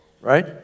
right